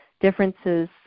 differences